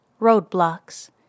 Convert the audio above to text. Roadblocks